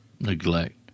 Neglect